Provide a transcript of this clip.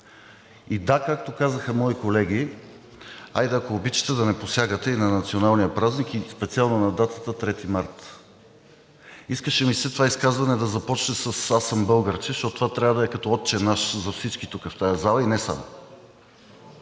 И да, както казаха мои колеги: айде, ако обичате, да не посягате и на националния празник и специално на датата 3 март. Искаше ми се това изказване да започне с „Аз съм българче“, защото това трябва да е като „Отче наш“ за всички тук в тази зала и не само.